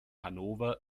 hannover